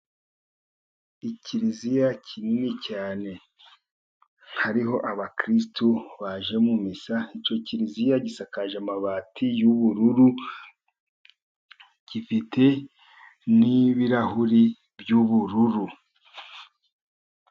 Ikiliziya kinini cyane hariho abakirisitu baje mu misa, iyo kiliziya isakaje amabati y'ubururu, ifite n'ibirahuri by'ubururu.